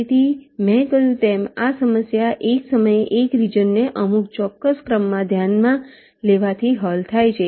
તેથી મેં કહ્યું તેમ આ સમસ્યા એક સમયે એક રિજન ને અમુક ચોક્કસ ક્રમમાં ધ્યાનમાં લેવાથી હલ થાય છે